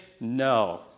No